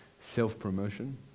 self-promotion